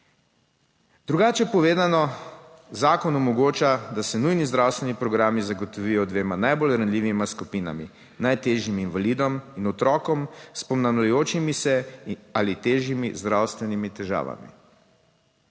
drugače povedano: zakon omogoča, da se nujni zdravstveni programi zagotovijo dvema najbolj ranljivima skupinama, najtežjim invalidom in otrokom s ponavljajočimi se ali težjimi zdravstvenimi težavami.